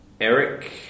Eric